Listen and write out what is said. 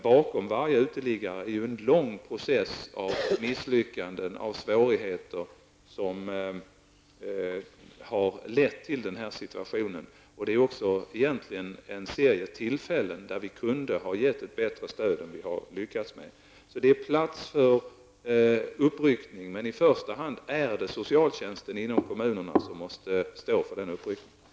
Bakom varje uteliggare har det varit en lång process av misslyckanden och svårigheter, som lett fram till den här situationen. Vi borde också vid olika tillfällen i den processen ha kunnat ge ett bättre stöd än vi lyckats med. Det är alltså plats för en uppryckning, men i första hand är det socialtjänsten inom kommunerna som måste stå för den uppryckningen.